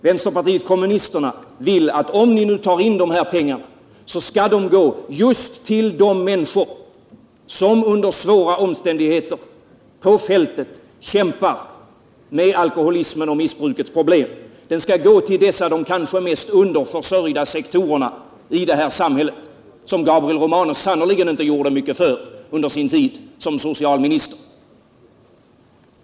Vänsterpartiet kommunisterna vill att om ni nu tar in de här pengarna, så skall de gå just till de människor som under svåra omständigheter på fältet kämpar med alkoholismen och med missbrukets problem, till dessa de kanske mest underförsörjda sektorerna i det här samhället. Dem gjorde Gabriel Romanus sannerligen inte mycket för under sin tid som socialminister.